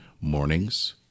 mornings